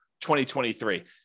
2023